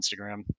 instagram